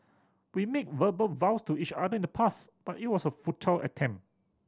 we made verbal vows to each other in the past but it was a futile attempt